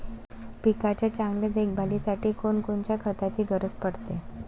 पिकाच्या चांगल्या देखभालीसाठी कोनकोनच्या खताची गरज पडते?